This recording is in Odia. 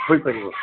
ହେଇ ପାରିବ